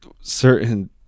certain